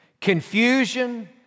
Confusion